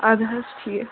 اَدٕ حظ ٹھیٖک